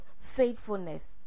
Faithfulness